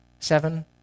Seven